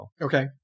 Okay